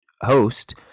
host